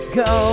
go